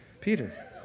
Peter